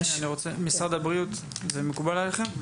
משרד הבריאות, זה מקובל עליכם?